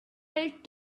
felt